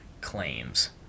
claims